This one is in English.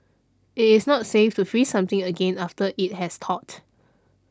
it is not safe to freeze something again after it has thawed